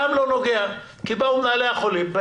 גם לא נוגע, כי באו מנהלי בתי-החולים,